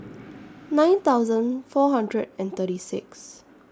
nine thousand four hundred and thirty six